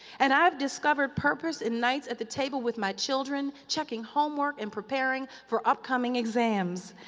and i have discovered purpose in nights at the table with my children checking homework and preparing for upcoming exams.